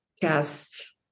cast